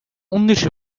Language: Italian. undici